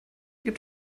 gibt